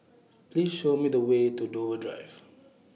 Please Show Me The Way to Dover Drive